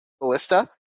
ballista